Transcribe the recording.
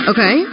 Okay